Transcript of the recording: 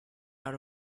out